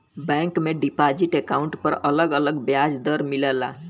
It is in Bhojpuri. बैंक में डिपाजिट अकाउंट पर अलग अलग ब्याज दर मिलला